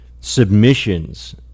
submissions